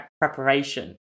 preparation